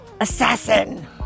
assassin